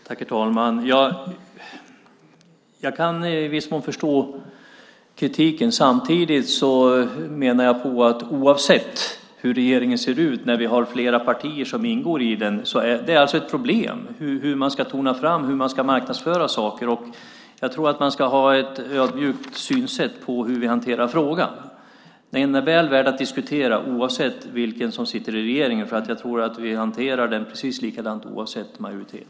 Herr talman! Jag kan i viss mån förstå kritiken. Samtidigt menar jag att oavsett hur regeringen ser ut, när vi har flera partier som ingår i den, är det ett problem hur man ska tona fram och marknadsföra saker. Jag tror att man ska ha ett ödmjukt synsätt på hur vi hanterar frågan. Men den är väl värd att diskutera oavsett vem som sitter i regeringen, för jag tror att vi hanterar den precis likadant oavsett majoritet.